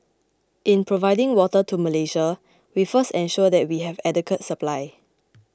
in providing water to Malaysia we first ensure that we have adequate supply